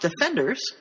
Defenders